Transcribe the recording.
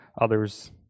others